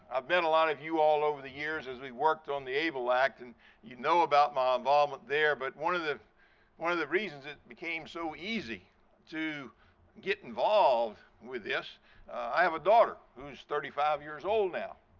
met a lot of you all over the years as we worked on the able act and you know about my um involvement um there. but one of the one of the reasons it became so easy to get involved with this i have a daughter who's thirty five years old now.